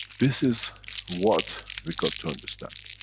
this is what we got to understand.